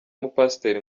mupasiteri